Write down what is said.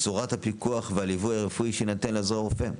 צורת הפיקוח והליווי הרפואי שיינתן לעוזר הרופא.